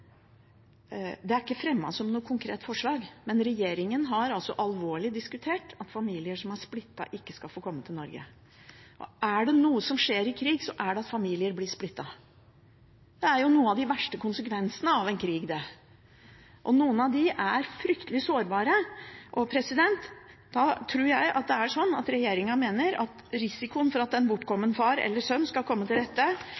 Det er ikke fremmet som noe konkret forslag, men regjeringen har altså alvorlig diskutert at familier som er splittet, ikke skal få komme til Norge. Er det noe som skjer i krig, er det at familier blir splittet. Det er jo en av de verste konsekvensene av en krig, og noen av dem er fryktelig sårbare. Jeg tror det er sånn at risikoen for at en